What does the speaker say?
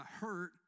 hurt